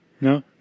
no